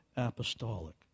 apostolic